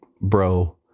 bro